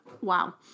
Wow